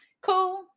Cool